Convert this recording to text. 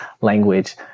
language